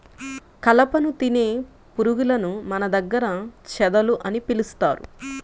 కలపను తినే పురుగులను మన దగ్గర చెదలు అని పిలుస్తారు